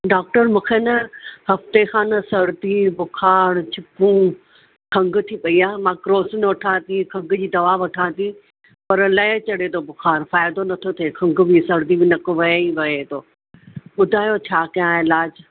doctor मूंखे न हफ़्ते खां न सर्दी बुखार छिकूं खंघु थी पई मां क्रोसिन वठां थी खंघु जी दवा वठां थी पर लहे चढ़े थो बुखार फ़ाइदो नथो थिए खंघु बि सर्दी में नक वहे वहे थो ॿुधायो छा कयां इलाज